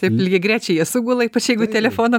taip lygiagrečiai jie sugula ypač jeigu telefono